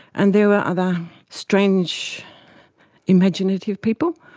and there were other strange imaginative people,